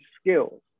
skills